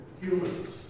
humans